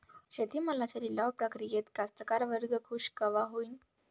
शेती मालाच्या लिलाव प्रक्रियेत कास्तकार वर्ग खूष कवा होईन?